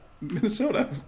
Minnesota